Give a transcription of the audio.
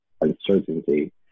uncertainty